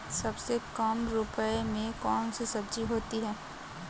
सबसे कम रुपये में कौन सी सब्जी होती है?